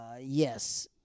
Yes